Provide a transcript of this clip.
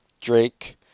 Drake